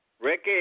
Ricky